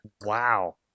Wow